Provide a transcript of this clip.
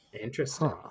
Interesting